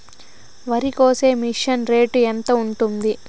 వరికోసే machine rate ఎంత ఉంటుంది?